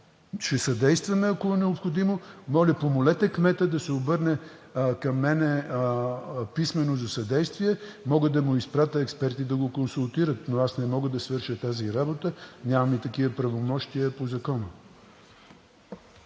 Ще съдействаме, ако е необходимо. Моля, помолете кмета да се обърне към мен писмено за съдействие, мога да му изпратя експерти да го консултират, но не мога да свърша тази работа, нямам и такива правомощия по закон.